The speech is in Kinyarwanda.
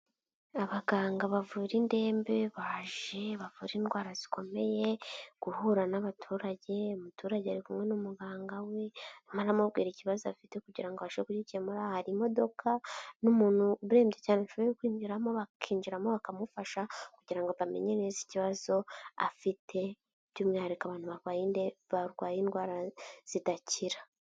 Abaganga bavura indembe baje, bavura indwara zikomeye, guhura n'abaturage, umuturage ari kumwe n'umuganga we, arimo aramubwira ikibazo afite kugira ngo abashe kugikemura, hari imodoka n'umuntu urembye cyane washoboye kwinjiramo, bakinjiramo bakamufasha kugira ngo bamenye neza ikibazo afite, by'umwihariko abantu barwaye inde barwaye indwara zidakira.